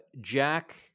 Jack